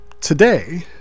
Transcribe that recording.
Today